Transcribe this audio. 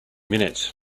minute